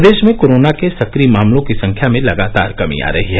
प्रदेश में कोरोना के सक्रिय मामलों की संख्या में लगातार कमी आ रही है